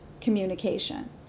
communication